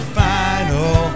final